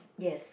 yes